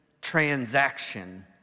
transaction